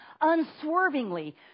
unswervingly